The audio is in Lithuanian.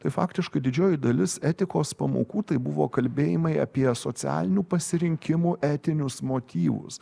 tai faktiškai didžioji dalis etikos pamokų tai buvo kalbėjimai apie socialinių pasirinkimų etinius motyvus